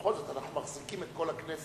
בכל זאת אנחנו מחזיקים את כל הכנסת,